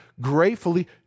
gratefully